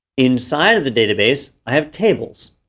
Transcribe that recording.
inside of the database, i have tables.